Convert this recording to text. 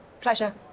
Pleasure